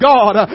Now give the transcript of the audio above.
God